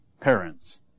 parents